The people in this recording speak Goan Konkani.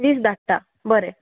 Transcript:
वीस धाडटा बरें